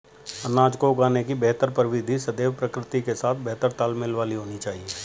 अनाज को उगाने की बेहतर प्रविधि सदैव प्रकृति के साथ बेहतर तालमेल वाली होनी चाहिए